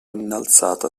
innalzata